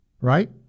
right